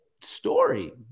story